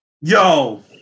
Yo